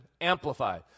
amplify